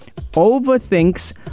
Overthinks